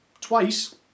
twice